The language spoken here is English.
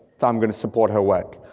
so i'm going to support her work,